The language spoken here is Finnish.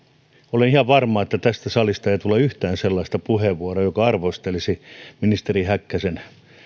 olen ihan varma että tästä salista ei tule yhtään sellaista puheenvuoroa joka arvostelisi ministeri häkkäsen